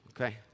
Okay